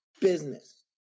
business